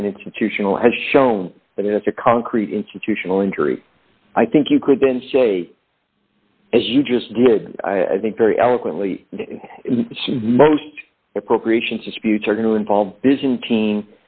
have an institutional has shown that it has a concrete institutional injury i think you could then say as you just did i think very eloquently most appropriations disputes are going to involve byzantine